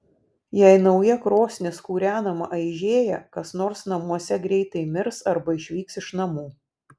jei nauja krosnis kūrenama aižėja kas nors namuose greitai mirs arba išvyks iš namų